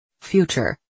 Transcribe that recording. Future